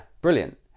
brilliant